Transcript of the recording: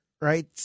Right